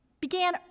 began